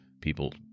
people